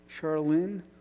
Charlene